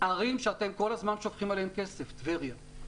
ערים שאתם כל הזמן שופכים עליהם כסף טבריה,